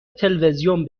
تلویزیون